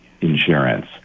insurance